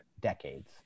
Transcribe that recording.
decades